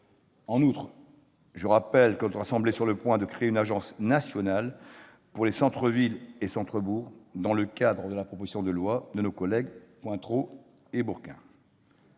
En outre, je rappelle que notre assemblée est sur le point de créer une agence nationale pour les centres-villes et centres-bourgs, dans le cadre de la proposition de loi de nos collègues Rémy Pointereau et Martial